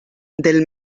del